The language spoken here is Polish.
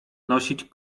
nosić